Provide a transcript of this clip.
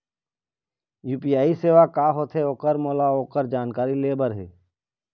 UPI सेवा का होथे ओकर मोला ओकर जानकारी ले बर हे?